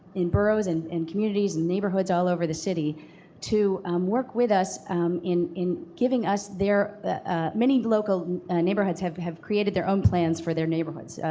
boroughs and in communities and neighborhoods all over the city to work with us in in giving us their many local neighborhoods have have created their own plans for their neighborhoods,